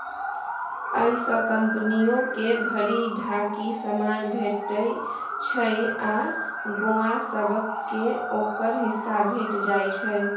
अय सँ कंपनियो के भरि ढाकी समान भेटइ छै आ गौंआ सब केँ ओकर हिस्सा भेंट जाइ छै